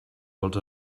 vols